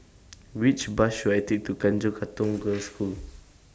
Which Bus should I Take to Tanjong Katong Girls' School